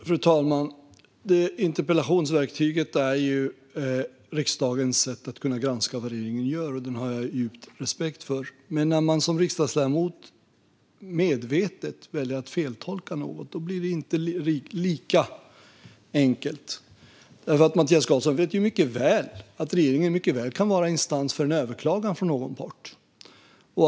Fru talman! Interpellationsverktyget är riksdagens sätt att kunna granska vad regeringen gör, och det har jag djup respekt för. Men när man som riksdagsledamot medvetet väljer att feltolka något blir det inte lika enkelt. Mattias Karlsson vet mycket väl att regeringen kan bli instans för en överklagan från någon av parterna.